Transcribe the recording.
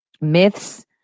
Myths